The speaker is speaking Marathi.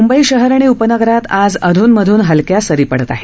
मुंबई शहर आणि उपनगरात आज अधून मधून हलक्या सरी पडत आहेत